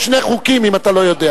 יש שני חוקים, אם אתה לא יודע.